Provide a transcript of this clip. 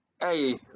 Hey